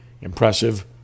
impressive